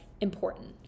important